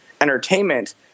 entertainment